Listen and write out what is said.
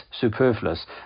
superfluous